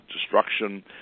destruction